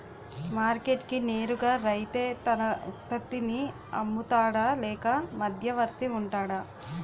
Market కి నేరుగా రైతే తన ఉత్పత్తి నీ అమ్ముతాడ లేక మధ్యవర్తి వుంటాడా?